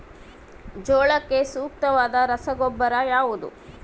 ಜೋಳಕ್ಕೆ ಸೂಕ್ತವಾದ ರಸಗೊಬ್ಬರ ಯಾವುದು?